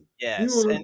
Yes